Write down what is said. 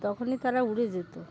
তখনই তারা উড়ে যেত